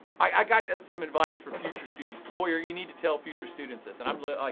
i've got some advice for future students. boyer, you need to tell future students this. and i'm like,